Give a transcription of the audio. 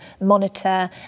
monitor